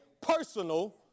personal